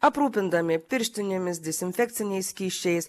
aprūpindami pirštinėmis dezinfekciniais skysčiais